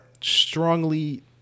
strongly